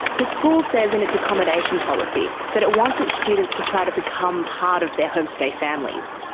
his school says in its accommodation policy that it wants its students to try to become part of their homestay families.